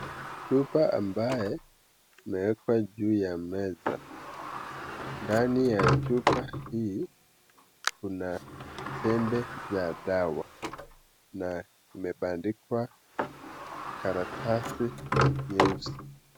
Chupa ambaye imewekwa juu ya meza. Ndani ya chupa hii kuna tembe za dawa na imebandikwa karatasi nyeusi.